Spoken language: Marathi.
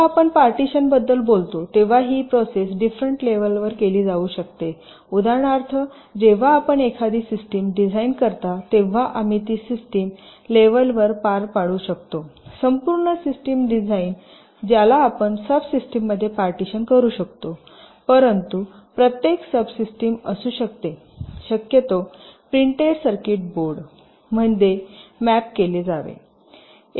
जेव्हा आपण पार्टीशनबद्दल बोलतो तेव्हा ही प्रोसेस डिफरेंट लेवलवर केली जाऊ शकते उदाहरणार्थ जेव्हा आपण एखादी सिस्टीम डिझाइन करता तेव्हा आम्ही ती सिस्टम लेवलवर पार पाडू शकतो संपूर्ण सिस्टम डिझाइन ज्याला आपण सबसिस्टममध्ये पार्टीशन करू शकतो परंतु प्रत्येक सबसिस्टिम असू शकते शक्यतो प्रिंटेड सर्किट बोर्ड मध्ये मॅप केले जावे